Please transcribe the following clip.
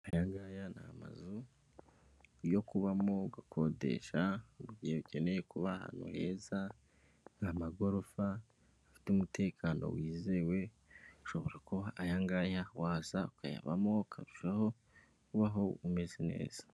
Aya ngaya ni amazu yo kubamo ugukodesha, mu gihe ukeneye kuba ahantu heza, ni amagorofa afite umutekano wizewe ushobora kuba ayangaya waza ukayabamo, ukarushaho kubaho umeze neza.